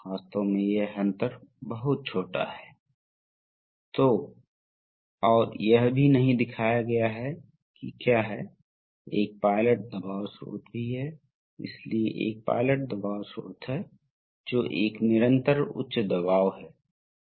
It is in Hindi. क्योंकि हम यहां लोड की उम्मीद करते हैं इसलिए फिर से बिजली की जरूरतों के लिए हमें गति कम करने की आवश्यकता है इसलिए हम प्रवाह नियंत्रण का उपयोग करके ऐसा कर रहे हैं